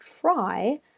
try